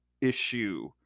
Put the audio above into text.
issue